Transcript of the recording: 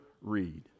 read